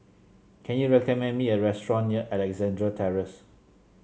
can you recommend me a restaurant near Alexandra Terrace